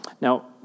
Now